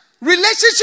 Relationship